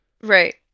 Right